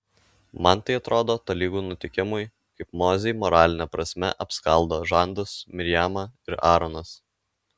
man tai atrodo tolygu nutikimui kaip mozei moraline prasme apskaldo žandus mirjama ir aaronas